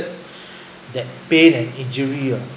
that pain and injury ah